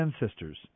ancestors